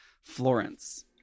Florence